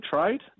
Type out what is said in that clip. trade